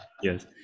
Yes